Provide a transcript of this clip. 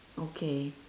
okay